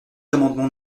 amendement